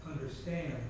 understand